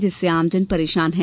जिससे आम जन परेशान है